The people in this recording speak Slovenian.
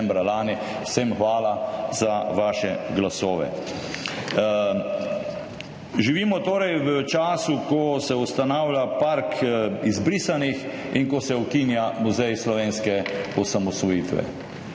Vsem hvala za vaše glasove. Živimo torej v času, ko se ustanavlja park izbrisanih in ko se ukinja Muzej slovenske osamosvojitve.